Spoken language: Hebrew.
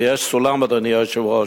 ויש סולם, אדוני היושב-ראש,